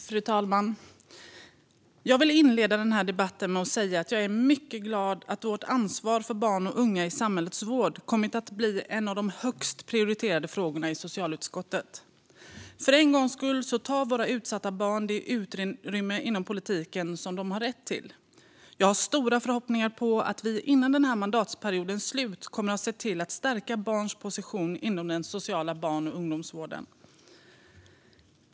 Fru talman! Jag vill inleda denna debatt med att säga att jag är mycket glad att vårt ansvar för barn och unga i samhällets vård kommit att bli en av de högst prioriterade frågorna i socialutskottet. För en gångs skull tar våra utsatta barn det utrymme inom politiken som de har rätt till. Jag har stora förhoppningar om att vi innan mandatperiodens slut kommer att ha sett till att stärka barns position inom den sociala barn och ungdomsvården.